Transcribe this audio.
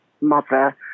mother